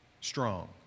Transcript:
strong